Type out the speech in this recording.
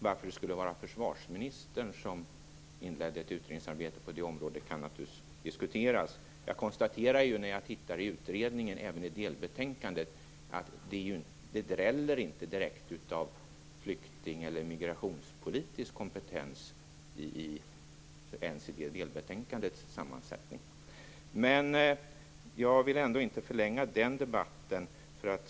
Varför det skulle vara försvarsministern som inledde ett utredningsarbete på det området kan naturligtvis diskuteras. Jag konstaterar när jag tittar i utredningen, och även i delbetänkandet, att det inte direkt dräller av flykting eller migrationspolitisk kompetens. Jag vill ändå inte förlänga den debatten.